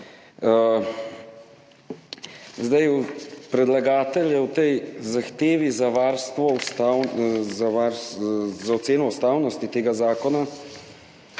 90. Predlagatelj je v tej zahtevi za oceno ustavnosti tega zakona